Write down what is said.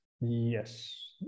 Yes